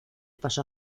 pasó